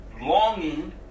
longing